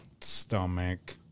stomach